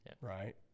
right